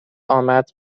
آمد